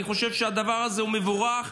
אני חושב שהדבר הזה הוא מבורך.